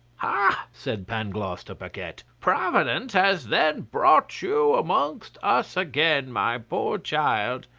ha! said pangloss to paquette, providence has then brought you amongst us again, my poor child!